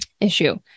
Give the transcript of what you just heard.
issue